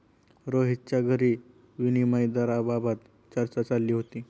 रोहितच्या घरी विनिमय दराबाबत चर्चा चालली होती